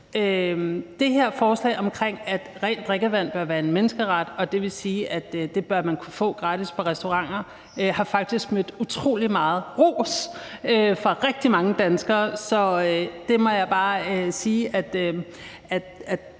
Det her forslag om, at rent drikkevand bør være en menneskeret, og at det vil sige, at man bør kunne få det gratis på restauranter, har faktisk mødt utrolig meget ros fra rigtig mange danskere. Så jeg må bare sige, at